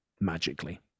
magically